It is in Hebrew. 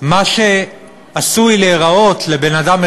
מה שעשוי להיראות לבן-אדם,